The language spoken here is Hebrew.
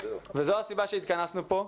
וזו הסיבה שהתכנסנו פה.